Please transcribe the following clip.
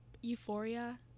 euphoria